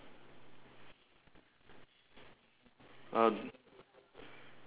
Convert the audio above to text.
uh